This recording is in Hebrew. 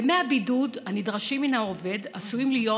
ימי הבידוד הנדרשים מן העובד עשויים להיות